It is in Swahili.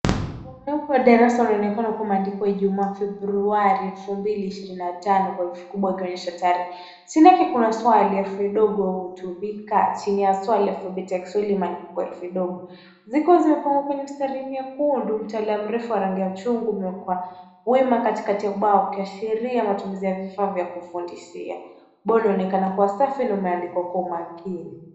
Ubao mweupe wa darasa unaonekana ukiwa umeandikwa ijumaa Februari elfu mbili ishirini na tano kwa herufi kubwa ikionyesha tarehe. Chini yake kuna swali, herufi ndogo hutumika. Chini ya swali alphabeti ya kiswahili imeandikwa kwa herufi ndogo. Ziko zimepangwa kwenye mistari mekundu, mtalia mrefu wa rangi ya chungwa umewekwa kwa wima katikati ya ubao ukiashiria matumizi wa vifaa vya kufundishia. Ubao unaonekana kuwa safi na umeandikwa kwa umakini.